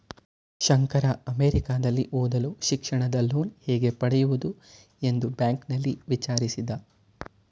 ಶಂಕರ ಅಮೆರಿಕದಲ್ಲಿ ಓದಲು ಶಿಕ್ಷಣದ ಲೋನ್ ಹೇಗೆ ಪಡೆಯುವುದು ಎಂದು ಬ್ಯಾಂಕ್ನಲ್ಲಿ ವಿಚಾರಿಸಿದ